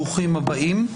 הכנסת.